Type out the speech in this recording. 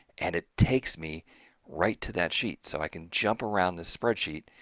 and it takes me right to that sheet. so, i can jump around this spreadsheet.